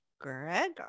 Greg